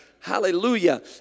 Hallelujah